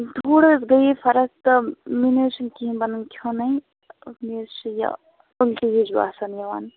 تھوڑا حظ گٔیے فَرق تہٕ مےٚ نہٕ حظ چھُنہٕ کِہیٖنٛۍ بَنان کھیٚونُے مےٚ حظ یہِ اُلٹی ہِش باسان یِوان